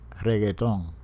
Reggaeton